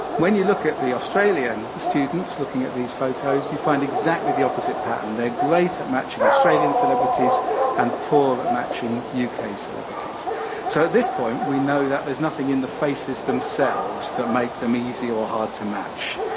when you look at the australian students looking at these photos, you find exactly the opposite pattern. they're great at matching australian celebrities and poor at matching u k. celebrities so at this point, we know that there's nothing in the faces themselves that make them easy or hard to match.